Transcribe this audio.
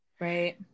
Right